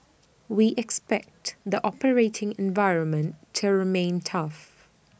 we expect the operating environment to remain tough